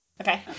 Okay